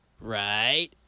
right